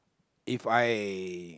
If I